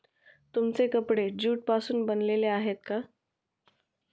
तुमचे कपडे ज्यूट पासून बनलेले आहेत का?